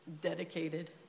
dedicated